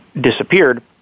disappeared